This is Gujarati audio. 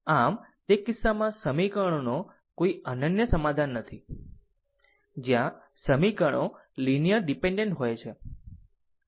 આમ તે કિસ્સામાં સમીકરણનો કોઈ અનન્ય સમાધાન નથી જ્યાં સમીકરણો લીનીયર ડીપેન્ડેન્ટ હોય છે